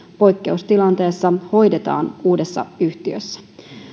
poikkeustilanteessa hoidetaan uudessa yhtiössä